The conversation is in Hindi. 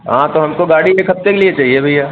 हाँ तो हमको गाड़ी एक हफ्ते के लिए चहिए भैया